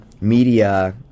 media